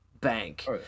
bank